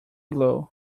glue